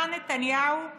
אתה, נתניהו,